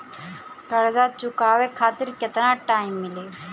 कर्जा चुकावे खातिर केतना टाइम मिली?